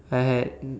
I had